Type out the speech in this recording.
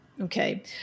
okay